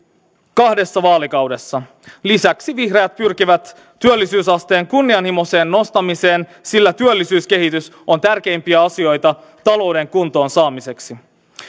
kahdessa vaalikaudessa lisäksi vihreät pyrkivät työllisyysasteen kunnianhimoiseen nostamiseen sillä työllisyyskehitys on tärkeimpiä asioita talouden kuntoon saamiseksi